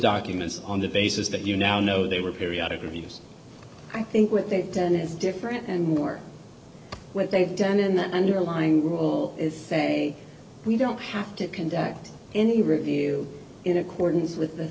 documents on the basis that you now know they were periodic reviews i think what they've done is different and more what they've done in that underlying rule is say we don't have to conduct any review in accordance with the